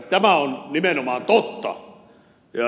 tämä on nimenomaan totta